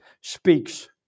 speaks